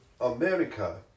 America